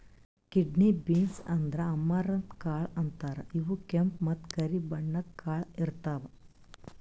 kidney beans ಅಂದ್ರ amaranth ಕಾಳ್ ಅಂತಾರ್ ಇವ್ ಕೆಂಪ್ ಮತ್ತ್ ಕರಿ ಬಣ್ಣದ್ ಕಾಳ್ ಇರ್ತವ್